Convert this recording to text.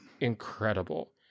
incredible